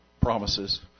promises